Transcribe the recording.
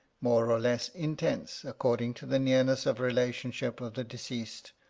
more or less intense, according to the nearness of relationship of the deceased,